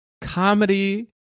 comedy